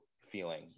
feeling